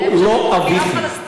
הוא לא אביכם.